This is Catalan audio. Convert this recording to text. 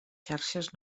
xarxes